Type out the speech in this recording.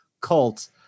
cult